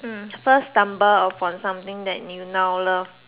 hmm first stumble upon something that you now love